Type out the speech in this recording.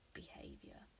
behavior